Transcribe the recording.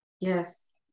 Yes